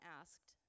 asked